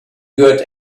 got